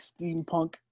Steampunk